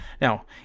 Now